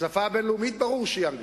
השפה הבין-לאומית ברור שהיא אנגלית,